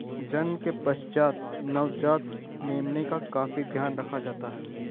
जन्म के पश्चात नवजात मेमने का काफी ध्यान रखा जाता है